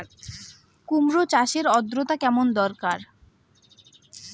কুমড়ো চাষের আর্দ্রতা কেমন দরকার?